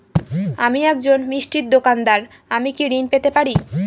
আমি একজন মিষ্টির দোকাদার আমি কি ঋণ পেতে পারি?